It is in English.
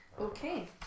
Okay